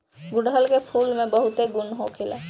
गुड़हल के फूल में बहुते गुण होखेला